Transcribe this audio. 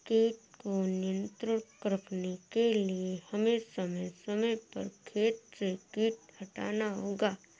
कीट को नियंत्रण रखने के लिए हमें समय समय पर खेत से कीट हटाना होगा